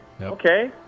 Okay